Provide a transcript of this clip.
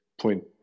point